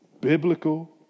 Biblical